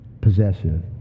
possessive